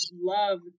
love